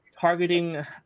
targeting